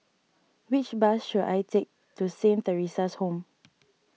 which bus should I take to Saint theresa's Home